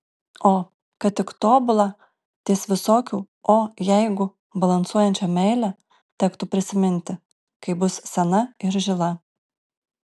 o kad tik tobulą ties visokių o jeigu balansuojančią meilę tektų prisiminti kai bus sena ir žila